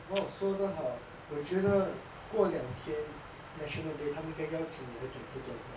well 说得好我觉得过两天 national day 他们因该邀请你去讲这段话